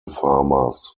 farmers